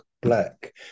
black